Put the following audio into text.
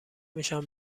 میشم